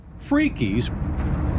freakies